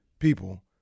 people